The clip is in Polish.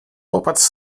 popatrz